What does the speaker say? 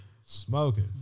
Smoking